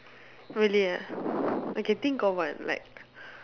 really ah okay think of one like